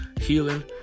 healing